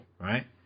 Right